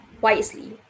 wisely